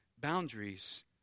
boundaries